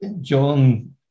John